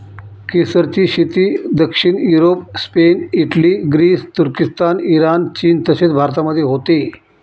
केसरची शेती दक्षिण युरोप, स्पेन, इटली, ग्रीस, तुर्किस्तान, इराण, चीन तसेच भारतामध्ये होते